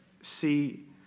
see